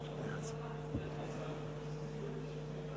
ההצעה לכלול את הנושא בסדר-היום של הכנסת